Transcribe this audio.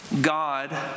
God